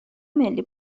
ملی